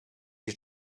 jej